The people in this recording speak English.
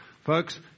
Folks